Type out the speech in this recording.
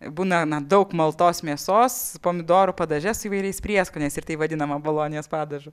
būna na daug maltos mėsos pomidorų padaže su įvairiais prieskoniais ir tai vadinama bolonijos padažu